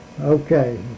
Okay